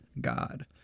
God